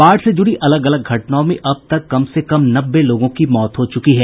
बाढ़ से जुड़ी अलग अलग घटनाओं में अब तक कम से कम नब्बे लोगों की मौत हो चुकी है